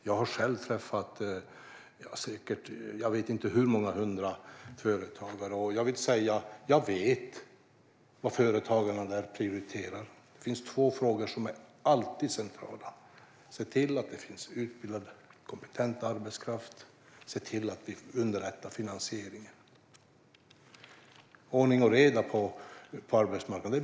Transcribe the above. Jag har själv träffat jag vet inte hur många hundra företagare, så jag vet vad företagarna prioriterar. Två frågor är alltid centrala: Se till att det finns utbildad och kompetent arbetskraft, och se till att underlätta finansieringen. De vill även ha ordning och reda på arbetsmarknaden.